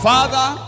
Father